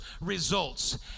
results